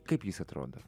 kaip jis atrodo